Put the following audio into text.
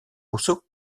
rousseau